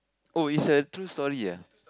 oh it's a true story ah